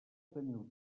teniu